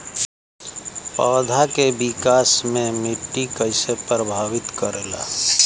पौधा के विकास मे मिट्टी कइसे प्रभावित करेला?